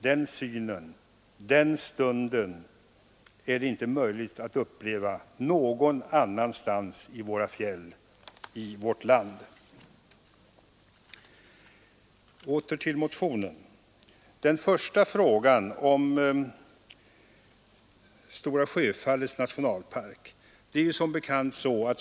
Den synen, den stunden är det inte möjligt att uppleva någon annanstans i våra fjäll, i vårt land.” Åter till motionen och till den första frågan, frågan om Stora Sjöfallets nationalpark!